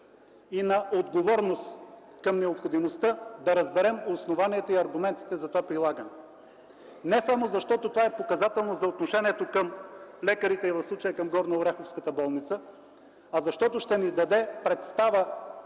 и на отговорност към необходимостта да разберем основанията и аргументите за това прилагане. Не само защото това е показателно за отношението към лекарите, в случая към горнооряховската болница, а защото ще ни даде представа